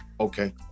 Okay